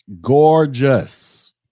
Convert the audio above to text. gorgeous